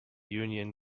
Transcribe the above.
union